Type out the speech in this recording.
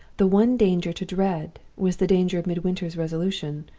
the one danger to dread was the danger of midwinter's resolution,